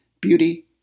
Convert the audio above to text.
beauty